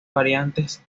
variantes